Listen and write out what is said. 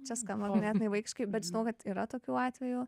čia skamba ganėtinai vaikiškai bet žinau kad yra tokių atvejų